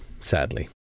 sadly